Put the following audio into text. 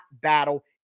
battle